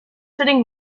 fitting